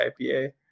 IPA